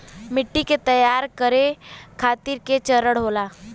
मिट्टी के तैयार करें खातिर के चरण होला?